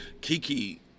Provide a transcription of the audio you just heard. Kiki